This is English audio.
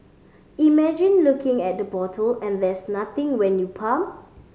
imagine looking at the bottle and there's nothing when you pump